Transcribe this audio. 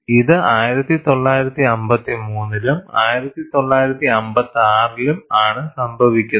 ഇത് 1953 ലും 1956 ലും ആണ് സംഭവിക്കുന്നത്